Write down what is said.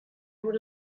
would